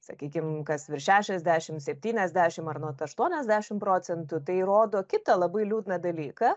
sakykim kas virš šešiasdešimt septyniasdešimt ar nuo aštuoniasdešimt procentų tai rodo kitą labai liūdną dalyką